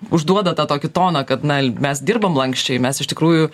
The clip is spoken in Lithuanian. užduoda tą tokį toną kad na mes dirbam lanksčiai mes iš tikrųjų